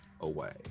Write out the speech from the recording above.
away